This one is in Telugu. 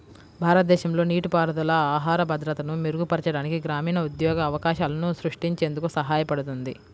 భారతదేశంలో నీటిపారుదల ఆహార భద్రతను మెరుగుపరచడానికి, గ్రామీణ ఉద్యోగ అవకాశాలను సృష్టించేందుకు సహాయపడుతుంది